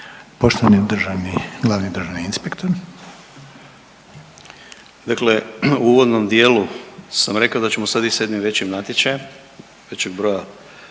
Poštovani državni glavni državni inspektor. **Mikulić, Andrija (HDZ)** Dakle u uvodnom dijelu sam rekao da ćemo sad ići sa jednim većim natječajem, većeg broja